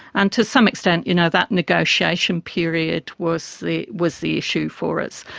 and to some extent you know that negotiation period was the was the issue for us.